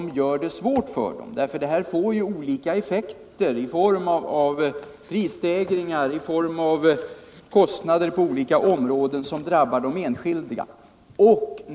Det här får nämligen olika effekter i form av prisstegringar och kostnader på olika områden som drabbar de enskilda.